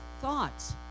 thoughts